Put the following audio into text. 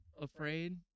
afraid